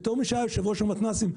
כמי שהיה יושב-ראש המתנ"סים,